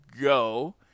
go